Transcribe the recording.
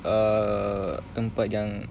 err tempat yang